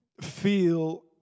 feel